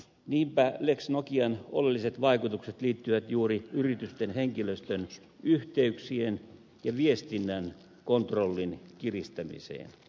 niinpä lex nokian oleelliset vaikutukset liittyvät juuri yritysten henkilöstön yhteyksien ja viestinnän kontrollin kiristämiseen